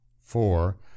Four